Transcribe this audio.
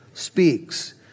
Speaks